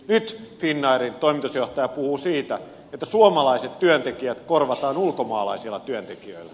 nyt finnairin toimitusjohtaja puhuu siitä että suomalaiset työntekijät korvataan ulkomaalaisilla työntekijöillä